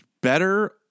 better